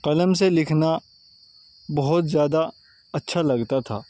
قلم سے لکھنا بہت زیادہ اچھا لگتا تھا